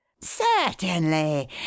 Certainly